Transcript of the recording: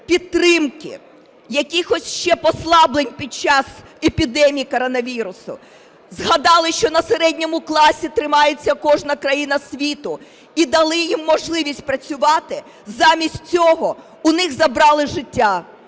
підтримки, якихось ще послаблень під час епідемії коронавірусу, згадали, що на середньому класі тримається кожна країна світу, і дали їм можливість працювати. Замість цього у них забрали життя,